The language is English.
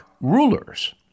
rulers